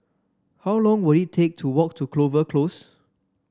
how long will it take to walk to Clover Close